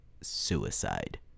suicide